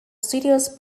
studios